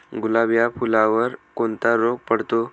गुलाब या फुलावर कोणता रोग पडतो?